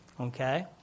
okay